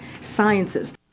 Sciences